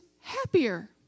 happier